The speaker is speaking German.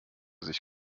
sich